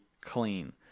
clean